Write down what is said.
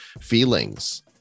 feelings